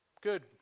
good